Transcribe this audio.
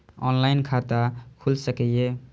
Online खाता खुल सके ये?